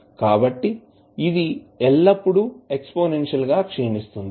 కాబట్టి ఇది ఎల్లప్పుడూ ఎక్సపోసెన్షియల్ గా క్షీణిస్తుంది